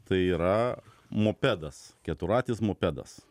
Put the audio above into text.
tai yra mopedas keturratis mopedas